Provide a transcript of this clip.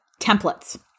templates